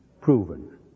proven